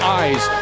eyes